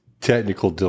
technical